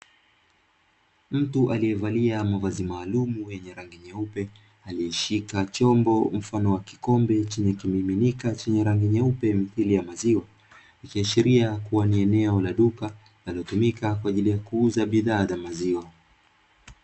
Mtu aliyevalia mavazi maalumu yenye rangi nyeupe. Aliyeshika chombo mfano wa kikombe chenye kimiminika chenye rangi nyeupe mithili ya maziwa. Ikiashiria kuwa ni eneo la duka linalotumika kwa ajili ya kuuza bidhaa za maziwa.